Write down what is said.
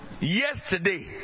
yesterday